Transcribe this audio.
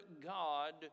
God